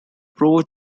pro